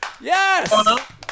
Yes